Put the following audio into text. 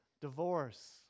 divorce